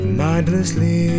mindlessly